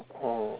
oh